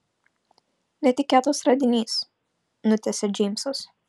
netikėtas radinys nutęsia džeimsas